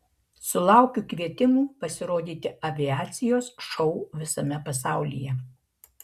sulaukiu kvietimų pasirodyti aviacijos šou visame pasaulyje